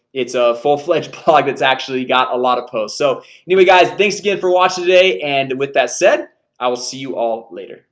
it's a full-fledged bug that's actually got a lot of posts. so anyway guys, thanks again for watching today. and with that said i will see you all later